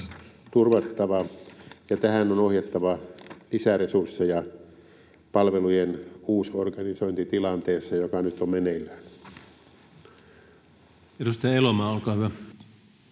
turvattava, ja tähän on ohjattava lisäresursseja palvelujen uusorganisointitilanteessa, joka nyt on meneillään. Edustaja Elomaa, olkaa hyvä.